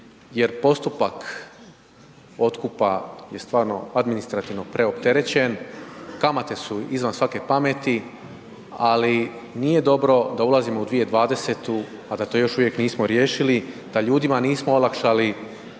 jer postupak otkupa je stvarno administrativno preopterećen, kamate su izvan svake pameti ali nije dobro da ulazimo u 2020. a da to još uvijek nismo riješili, da ljudima nismo olakšali